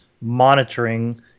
monitoring